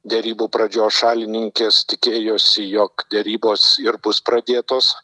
derybų pradžios šalininkės tikėjosi jog derybos ir bus pradėtos